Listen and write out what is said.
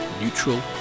Neutral